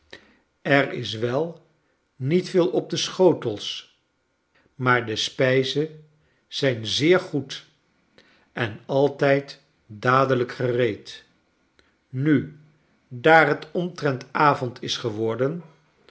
er is wel niet veel op de schotels maar de spijze zijn zeer goed en altijd dadelijk gereed nu daar het omtrent avond is geworden